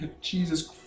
Jesus